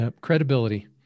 Credibility